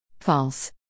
False